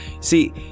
see